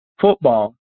football